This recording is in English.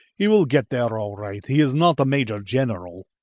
he will get there all right, he is not a major-general.